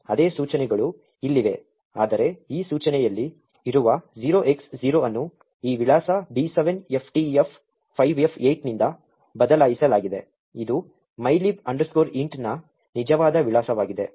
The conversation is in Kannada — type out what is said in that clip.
ಅದೇ ಸೂಚನೆಗಳು ಇಲ್ಲಿವೆ ಆದರೆ ಈ ಸೂಚನೆಯಲ್ಲಿ ಇರುವ 0X0 ಅನ್ನು ಈ ವಿಳಾಸ B7FTF5F8 ನಿಂದ ಬದಲಾಯಿಸಲಾಗಿದೆ ಇದು mylib int ನ ನಿಜವಾದ ವಿಳಾಸವಾಗಿದೆ